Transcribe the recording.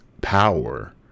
power